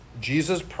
Jesus